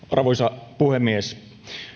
arvoisa puhemies